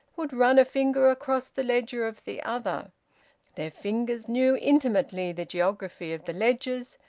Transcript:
would run a finger across the ledger of the other their fingers knew intimately the geography of the ledgers,